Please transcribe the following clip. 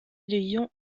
ayant